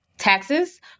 taxes